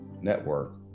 network